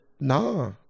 Nah